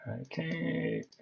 Okay